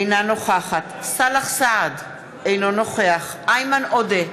אינה נוכחת סאלח סעד, אינו נוכח איימן עודה,